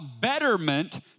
betterment